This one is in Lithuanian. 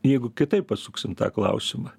jeigu kitaip pasuksim tą klausimą